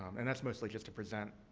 um and, that's mostly just to present